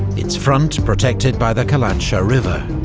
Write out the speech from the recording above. its front protected by the kalatsha river,